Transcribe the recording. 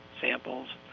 samples